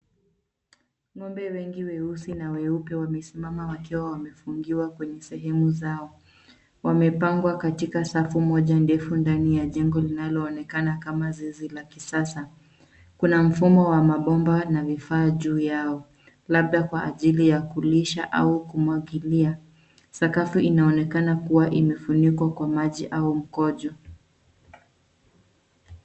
Ng'ombe wengi weusi na weupe wamesimama wakiwa wamefungiwa kwenye sehemu zao. Wamepangwa katika safu moja ndefu ndani ya jengo linaloonekana kama zizi la kisasa. Kuna mfumo wa mabomba na vifaa juu yao labda kwa ajili ya kulisha au kumwagilia. Sakafu inaonekana kuwa imefunikwa kwa maji au mkojo.